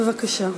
בבקשה.